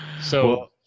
So-